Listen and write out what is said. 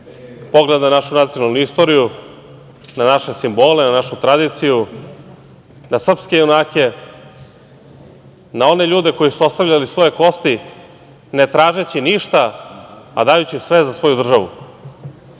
pogled na našu nacionalnu istoriju, na naše simbole, na našu tradiciju, na srpske junake, na one ljude koji su ostavljali svoje kosti ne tražeći ništa a dajući sve za svoju državu. Ništa